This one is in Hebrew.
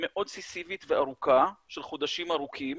מאוד סיזיפית וארוכה, של חודשים ארוכים,